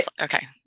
Okay